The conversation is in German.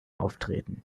auftreten